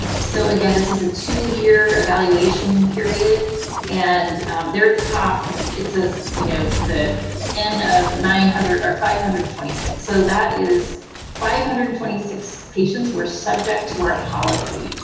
so again, this is a two year evaluation period and there at the top it says, you know, the n of nine hundred or five hundred and twenty six, so that is five hundred and twenty six patients were subject to our policy,